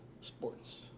Sports